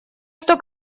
что